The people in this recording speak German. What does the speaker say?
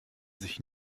sich